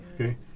Okay